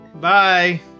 Bye